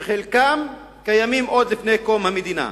שחלקם קיימים עוד מלפני קום המדינה.